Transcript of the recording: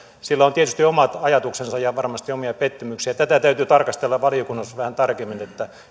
on tietysti omat ajatuksensa ja varmasti omia pettymyksiä tätä täytyy tarkastella valiokunnassa vähän tarkemmin